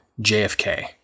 JFK